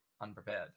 unprepared